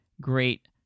great